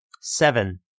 Seven